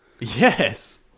Yes